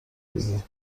بگی